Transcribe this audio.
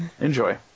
Enjoy